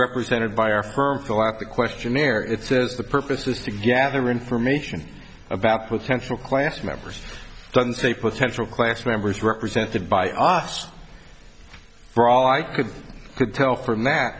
represented by our firm fill out the questionnaire it says the purpose is to gather information about potential class members say potential class members represented by us for all i could could tell from th